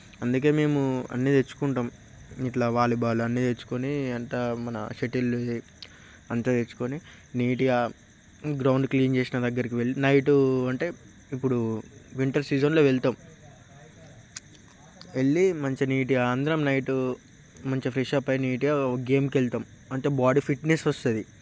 అందుకే మేము అన్నీ తెచ్చుకుంటాము ఇలా వాలిబాల్ అన్ని తెచ్చుకొని అంత మన షటిల్ అంతా తెచ్చుకొని నీటుగా గ్రౌండ్ క్లీన్ చేసిన దగ్గరికి వెళ్ళి నైట్ అంటే ఇప్పుడు వింటర్ సీజన్లో వెళతాము వెళ్ళి మంచినీటి అందరం నైట్ మంచిగా ఫ్రెష్ అప్ అయి నీట్గా గేమ్కి వెళతాము అంటే బాడీ ఫిట్నెస్ వస్తుంది